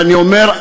ואני אומר,